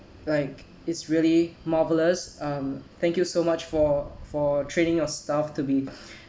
like it's really marvellous mm thank you so much for for training your staff to be